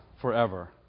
forever